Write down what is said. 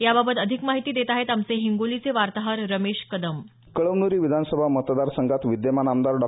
याबाबत अधिक माहिती देत आहेत आमचे हिंगोलीचे वार्ताहर रमेश कदम कळमन्री विधानसभा मतदारसंघात विद्यमान आमदार डॉ